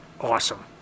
awesome